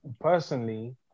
Personally